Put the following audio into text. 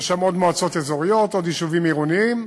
יש שם עוד מועצות אזוריות, עוד יישובים עירוניים,